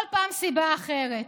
כל פעם סיבה אחרת.